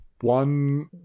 one